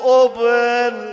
open